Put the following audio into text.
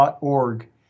.org